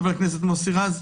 חבר הכנסת מוסי רז,